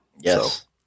Yes